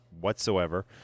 whatsoever